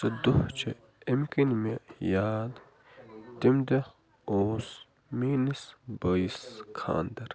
سُہ دۄہ چھُ امہِ کِنۍ مےٚ یاد تمہِ دۄہ اوس میٲنِس بٲیِس خانٛدر